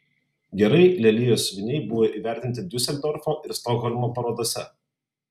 gerai lelijos siuviniai buvo įvertinti diuseldorfo ir stokholmo parodose